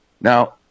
Now